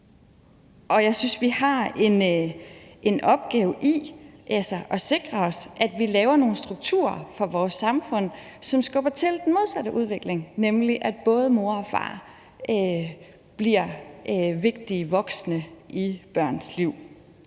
Og jeg synes, at vi har en opgave i at sikre os, at vi laver nogle strukturer for vores samfund, som skubber til den modsatte udvikling, nemlig at både mor og far bliver vigtige voksne i et barns liv.